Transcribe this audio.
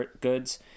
goods